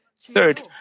Third